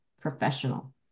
professional